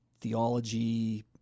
theology